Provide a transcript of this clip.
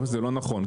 זה לא נכון,